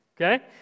Okay